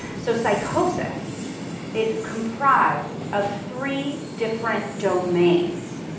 so psychosis is comprised of three different domains